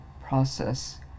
process